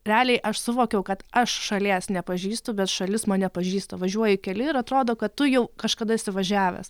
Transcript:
realiai aš suvokiau kad aš šalies nepažįstu bet šalis mane pažįsta važiuoju kely ir atrodo kad tu jau kažkada esi važiavęs